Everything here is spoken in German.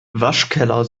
waschkeller